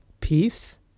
peace